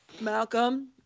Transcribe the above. Malcolm